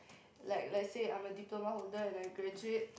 like like say I'm a diploma holder and I graduate